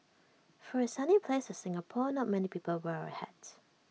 for A sunny place Singapore not many people wear A hat